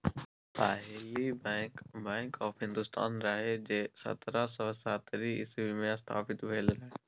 पहिल bank, bank of Hindostan रहय जे सतरह सय सत्तरि इस्बी मे स्थापित भेल रहय